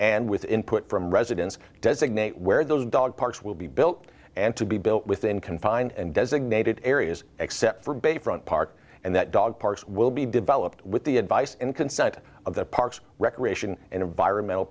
and with input from residents designate where those dog parks will be built and to be built within confined and designated areas except for bayfront park and that dog parks will be developed with the advice and consent of the parks recreation and environmental